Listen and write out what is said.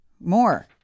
more